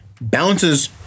bounces